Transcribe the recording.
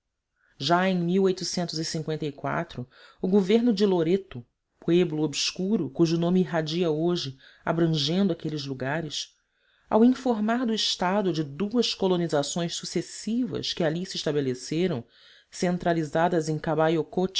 e o governador de loreto pueblo obscuro cujo nome irradia hoje abrangendo aqueles lugares ao informar do estado de duas colonizações sucessivas que ali se estabeleceram centralizadas em